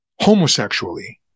homosexually